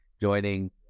joining